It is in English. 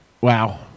Wow